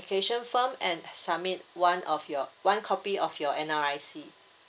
form and submit one of your one copy of your N_R_I_C